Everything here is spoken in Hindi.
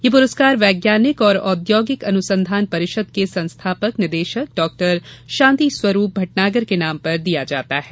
यह पुरस्कार वैज्ञानिक और औद्योगिक अनुसंधान परिषद के संस्थापक निदेशक डॉ शांतिस्वरूप भट्नागर के नाम पर दिया जाता है